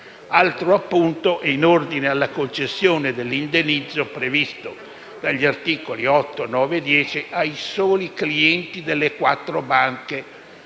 Altro appunto è in ordine alle concessioni dell'indennizzo, previsto dagli articoli 8, 9 e 10, ai soli clienti delle quattro banche